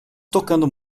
tocando